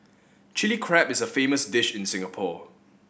Chilli Crab is a famous dish in Singapore